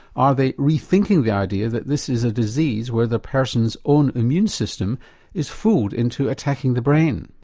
are they rethinking the idea that this is a disease where the person's own immune system is fooled into attacking the brain?